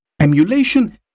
Emulation